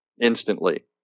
instantly